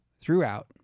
throughout